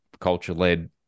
culture-led